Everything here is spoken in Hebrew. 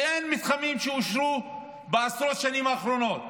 כי אין מתחמים שאושרו בעשרות השנים האחרונות.